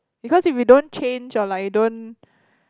because if you don't change or like you don't